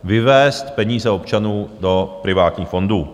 Vyvést peníze občanů do privátních fondů.